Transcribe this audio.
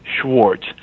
Schwartz